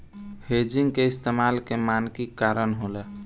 hedging के इस्तमाल के मानकी करण होला